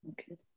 Okay